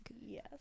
yes